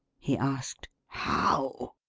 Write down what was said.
he asked. how?